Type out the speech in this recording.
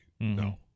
No